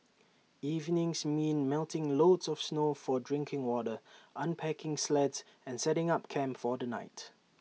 evenings mean melting loads of snow for drinking water unpacking sleds and setting up camp for the night